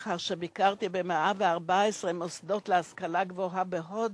לאחר שביקרתי ב-114 מוסדות להשכלה גבוהה בהודו,